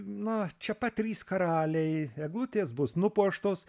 na čia pat trys karaliai eglutės bus nupuoštos